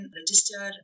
register